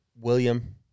William